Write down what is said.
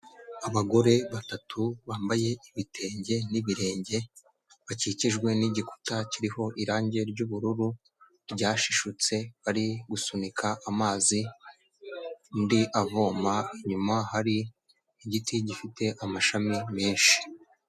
Abagore batatu bambaye ibitenge n'ibirenge bakikijwe n’igikuta kiriho irangi ry'ubururu ryashishutse bari gusunika amazi undi avoma inyuma hari igiti gifite amashami menshi.